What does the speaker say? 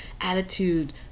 attitude